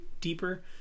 deeper